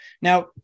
Now